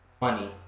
money